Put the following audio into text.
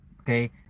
Okay